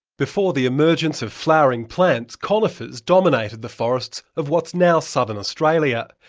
before the emergence of flowering plants, conifers dominated the forests of what's now southern australia.